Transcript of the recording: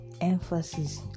emphasis